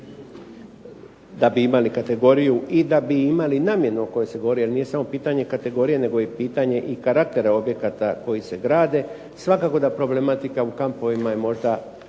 da bi imali kategoriju i da bi imali namjenu o kojoj se govori jer nije samo pitanje kategorije, nego je i pitanje i karaktera objekata koji se grade, svakako da problematika u kampovima je možda